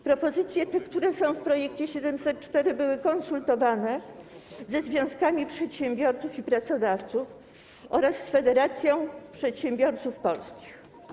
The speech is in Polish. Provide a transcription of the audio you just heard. Propozycje, które są w projekcie z druku nr 704, były konsultowane ze związkami przedsiębiorców i pracodawców oraz z Federacją Przedsiębiorców Polskich.